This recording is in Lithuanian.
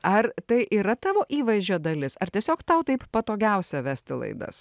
ar tai yra tavo įvaizdžio dalis ar tiesiog tau taip patogiausia vesti laidas